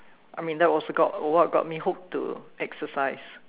I mean that was got what got me hooked to exercise